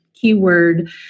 keyword